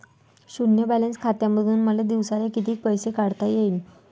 शुन्य बॅलन्स खात्यामंधून मले दिवसाले कितीक पैसे काढता येईन?